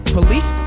Police